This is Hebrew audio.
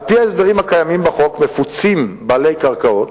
על-פי ההסדרים בחוק, מפוצים בעלי קרקעות